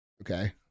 okay